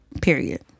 period